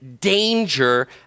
danger